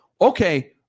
Okay